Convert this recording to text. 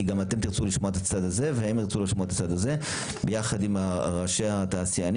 כי כל צד ירצה לשמוע את השני עם ראשי התעשיינים